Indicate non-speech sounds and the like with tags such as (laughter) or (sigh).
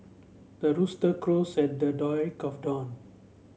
the rooster crows at the (unintelligible) of dawn